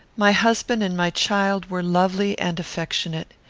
my husband and my child were lovely and affectionate.